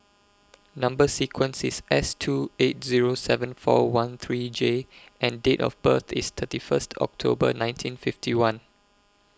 Number sequence IS S two eight Zero seven four one three J and Date of birth IS thirty First October nineteen fifty one